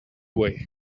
way